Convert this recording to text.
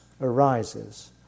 arises